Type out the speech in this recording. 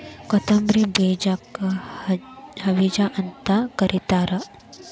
ಕೊತ್ತಂಬ್ರಿ ಬೇಜಕ್ಕ ಹವಿಜಾ ಅಂತ ಕರಿತಾರ